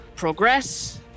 Progress